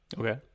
Okay